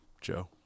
Joe